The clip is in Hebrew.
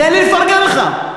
תן לי לפרגן לך.